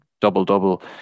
double-double